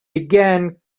began